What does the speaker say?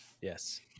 Yes